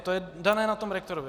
To je dané na rektorovi.